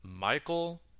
Michael